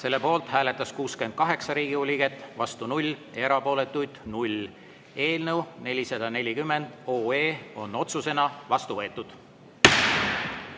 Selle poolt hääletas 68 Riigikogu liiget, vastu [9], erapooletuid oli 0. Eelnõu 440 on otsusena vastu võetud.